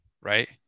Right